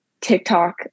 TikTok